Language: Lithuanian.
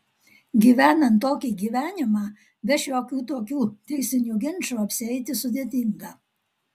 gyvenant tokį gyvenimą be šiokių tokių teisinių ginčų apsieiti sudėtinga